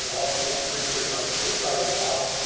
help you with some research on the side of the pond.